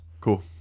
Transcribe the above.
Cool